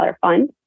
fund